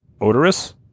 odorous